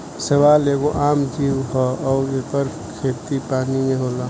शैवाल एगो आम जीव ह अउर एकर खेती पानी में होला